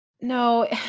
No